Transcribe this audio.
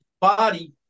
body